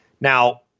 Now